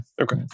Okay